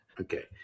Okay